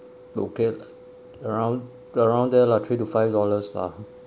okay lah around around there lah three to five dollars lah